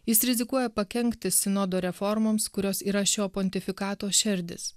jis rizikuoja pakenkti sinodo reformoms kurios yra šio pontifikato šerdis